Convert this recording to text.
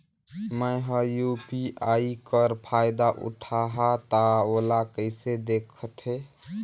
मैं ह यू.पी.आई कर फायदा उठाहा ता ओला कइसे दखथे?